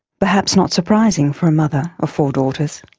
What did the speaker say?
perhaps not surprising for a mother of four daughters.